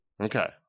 Okay